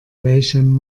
welchem